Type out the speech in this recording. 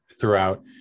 throughout